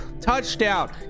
touchdown